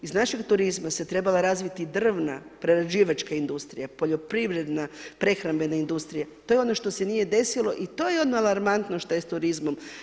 Iz našeg turizma se trebala razviti drvna, prerađivačka industrija, poljoprivredna, prehrambena industrija, to je ono što se nije desilo i to je ono alarmantno što je s turizmom.